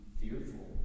fearful